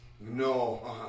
No